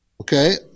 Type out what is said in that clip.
Okay